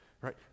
right